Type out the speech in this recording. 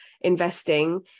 investing